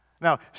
Now